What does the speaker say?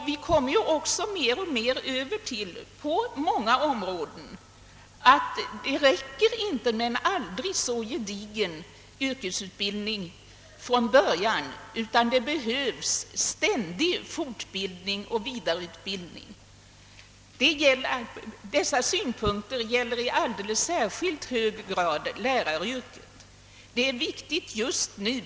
Beträffande många områden har vi också den uppfattningen att det inte räcker med aldrig så gedigen yrkesutbildning från början, utan att det behövs ständig fortbildning och vidareutbildning. Dessa synpunkter gäller i alldeles särskilt hög grad läraryrket.